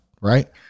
right